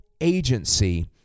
agency